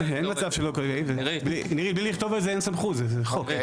נירית, בלי לכתוב את זה אין סמכות, זה חוק.